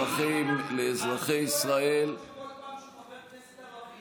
זאת כנסת ישראל, (שלום עליכם ורחמים וברכות מהאל.